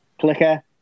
Clicker